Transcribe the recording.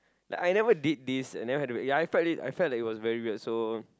like I never did this and never had to ya I felt it I felt that it was very weird so